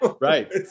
Right